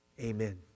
Amen